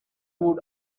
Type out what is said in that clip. would